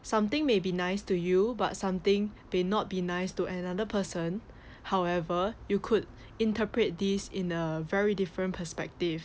something may be nice to you but something may not be nice to another person however you could interpret this in a very different perspective